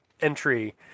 entry